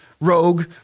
Rogue